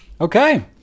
Okay